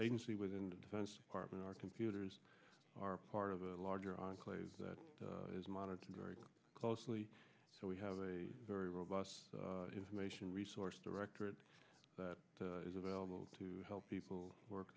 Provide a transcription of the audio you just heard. agency within the defense department our computers are part of a larger enclave that is monitored very closely so we have a very robust information resource directorate that is available to help people work